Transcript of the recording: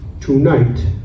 tonight